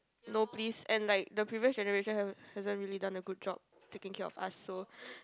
no please and like the previous generation haven't hasn't really done a good job taking care of us so